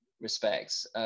respects